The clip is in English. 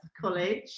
College